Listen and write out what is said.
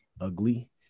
ugly